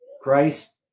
Christ